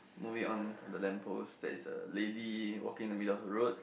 moving on from the lamp post there is a lady walking in the middle of the road